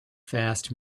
fast